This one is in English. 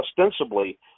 ostensibly